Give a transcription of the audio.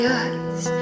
eyes